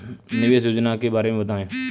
निवेश योजना के बारे में बताएँ?